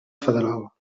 federal